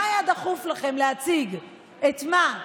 מה היה דחוף לכם להציג, את מה?